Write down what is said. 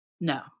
No